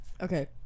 Okay